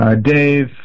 Dave